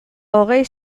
hogei